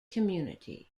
community